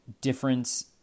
difference